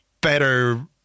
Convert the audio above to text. better